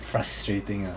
frustrating ah